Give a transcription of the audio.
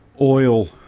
oil